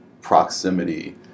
proximity